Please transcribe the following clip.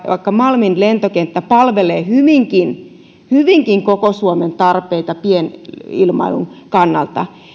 vaikka malmin lentokenttä palvelee hyvinkin hyvinkin koko suomen tarpeita pienilmailun kannalta